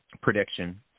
prediction